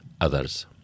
others